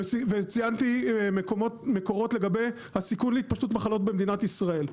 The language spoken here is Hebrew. וציינתי מקורות לגבי הסיכון להתפתחות מחלות במדינת ישראל,